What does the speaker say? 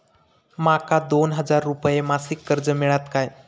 माका दोन हजार रुपये मासिक कर्ज मिळात काय?